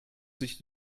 sich